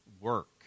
work